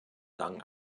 lang